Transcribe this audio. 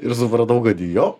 ir supratau kad jo